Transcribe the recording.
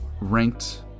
ranked